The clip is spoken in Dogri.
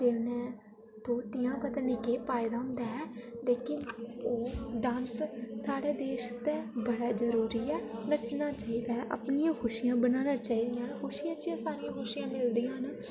ते कन्नै धोतियां केह् पाए दा होंदा ऐ लेकिन ओह् डांस साढ़े देश आस्तै बड़ा जरूरी ऐ नच्चना चाहिदा ऐ अपनी खुशियां बनाना चाहिदियां खुशियें च गै सारी खुशियां मिलदियां न